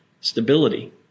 stability